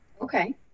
Okay